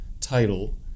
title